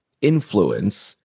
influence